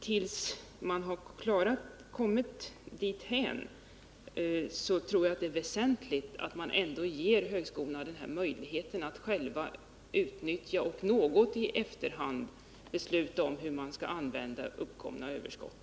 Tills man har kommit dithän är det väsentligt att högskolorna ges möjlighet att själva utnyttja och även att något i efterhand besluta om hur de skall använda uppkomna överskott.